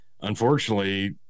unfortunately